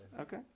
Okay